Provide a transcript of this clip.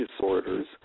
disorders